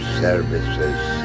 services